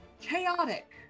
chaotic